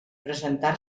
presentar